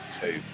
two